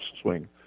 swing